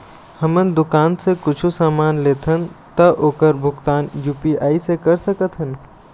हमन दुकान से कुछू समान लेथन ता ओकर भुगतान यू.पी.आई से कर सकथन?